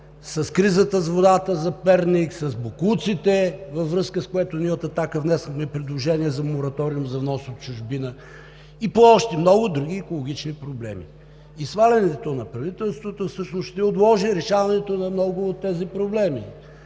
– кризата с водата за Перник, с боклуците, във връзка с което ние от „Атака“ внесохме предложение за мораториум за внос от чужбина, и по още много други екологични проблеми. Свалянето на правителството ще отложи всъщност решаването на много от тези проблеми